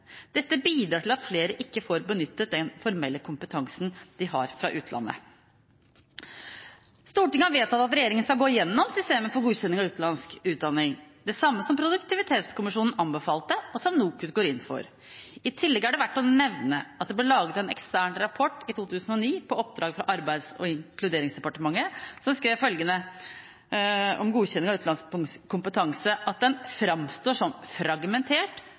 Dette bidrar til at flere ikke får benyttet den formelle kompetansen de har fra utlandet. Stortinget har vedtatt at Regjeringen skal gå gjennom systemet for godkjenning av utenlandsk utdanning – det samme som Produktivitetskommisjonen anbefalte, og som NOKUT går inn for. I tillegg er det verdt å nevne at det ble laget en ekstern rapport i 2009 på oppdrag fra Arbeids- og inkluderingsdepartementet som skrev følgende om godkjenning av utenlandsk kompetanse, at den: «fremstår som fragmentert,